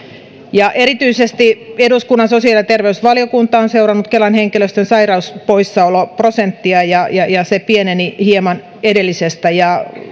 erityisesti eduskunnan sosiaali ja terveysvaliokunta on seurannut kelan henkilöstön sairauspoissaoloprosenttia ja ja se pieneni hieman edellisestä